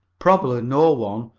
probably no one,